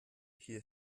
hier